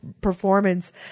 performance